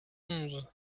onze